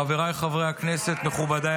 חבריי חברי הכנסת, מכובדיי